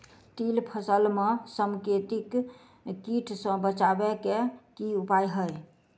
तिल फसल म समेकित कीट सँ बचाबै केँ की उपाय हय?